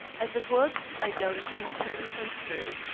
as it was, i doubted him through and through,